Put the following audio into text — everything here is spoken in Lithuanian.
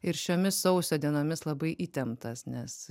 ir šiomis sausio dienomis labai įtemptas nes